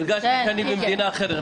--- הרגשתי שאני במדינה אחרת,